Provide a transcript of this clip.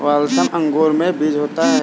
Waltham अंगूर में बीज होता है